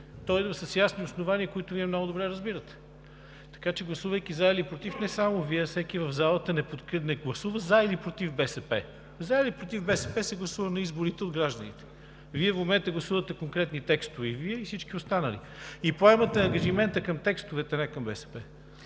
То идва с ясни основания, които Вие много добре разбирате, така че гласувайки „за“ или „против“ не само Вие, а всеки в залата не гласува „за“ или против“ БСП. „За“ или „против“ БСП се гласуване на изборите от гражданите. Вие в момента гласувате конкретни текстове – и Вие, и всички останали. И поемате ангажимент към текстовете, не към БСП.